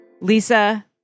Lisa